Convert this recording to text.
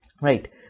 right